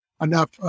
enough